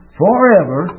forever